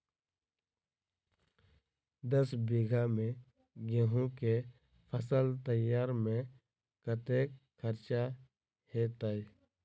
दस बीघा मे गेंहूँ केँ फसल तैयार मे कतेक खर्चा हेतइ?